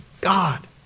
God